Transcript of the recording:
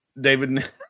David